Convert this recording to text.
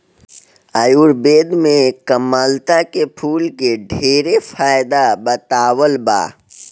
आयुर्वेद में कामलता के फूल के ढेरे फायदा बतावल बा